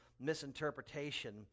misinterpretation